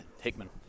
Hickman